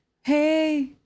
hey